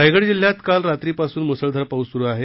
रायगड जिल्ह्यात काल रात्रीपासून मुसळधार पाऊस सुरू आहे